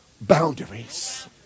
boundaries